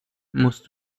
musst